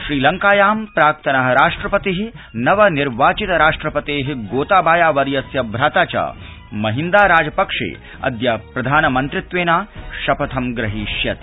श्रीलंकायां प्राक्तनः राष्ट्रपतिः नवनिर्वाचित राष्ट्रपतेः गोताबाया वर्यस्य भ्राता च महिन्दा राजपक्षे अद्य प्रधानमन्त्रित्वेन शपथं ग्रहीष्यति